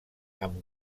amb